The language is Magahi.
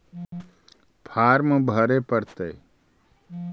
फार्म भरे परतय?